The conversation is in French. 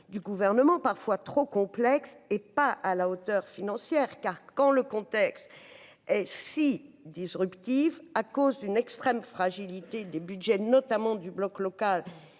du gouvernement, parfois trop complexe et pas à la hauteur, financières, car quand le contexte et si disruptive à cause d'une extrême fragilité des Budgets, notamment du bloc local